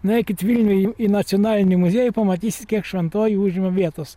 nueikit vilniuj į į nacionalinį muziejų pamatysit kiek šventoji užima vietos